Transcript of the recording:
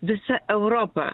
visa europa